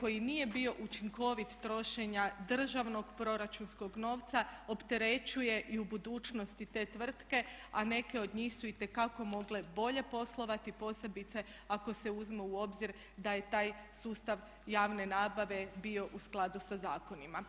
koji nije bio učinkovit trošenja državnog proračunskog novca opterećuje i u budućnosti te tvrtke, a neke od njih su itekako mogle bolje poslovati posebice ako se uzme u obzir da je taj sustav javne nabave bio u skladu sa zakonima.